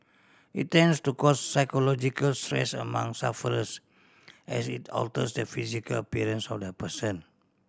it tends to cause psychological stress among sufferers as it alters the physical appearance of the person